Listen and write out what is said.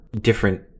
different